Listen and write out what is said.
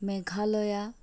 Meghalaya